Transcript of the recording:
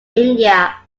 india